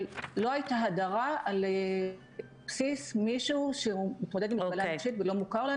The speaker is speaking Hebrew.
אבל מי שעונה שם --- זה כבר מסרבל ומסבך ומאחר את